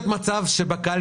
חבר